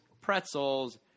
pretzels